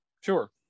sure